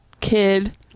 kid